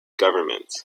government